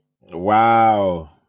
Wow